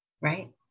Right